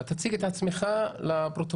צהרים טובים, שלום, אהלן וסהלן ויום טוב.